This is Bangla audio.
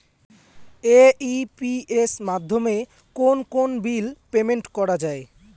এ.ই.পি.এস মাধ্যমে কোন কোন বিল পেমেন্ট করা যায়?